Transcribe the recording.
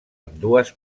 ambdues